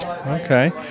Okay